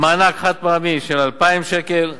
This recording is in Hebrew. מענק חד-פעמי של 2,000 שקל.